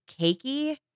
cakey